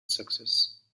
success